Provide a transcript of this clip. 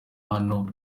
hano